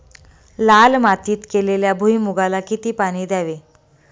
लाल मातीत केलेल्या भुईमूगाला किती पाणी द्यावे?